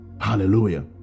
Hallelujah